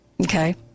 Okay